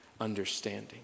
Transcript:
understanding